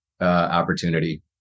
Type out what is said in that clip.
opportunity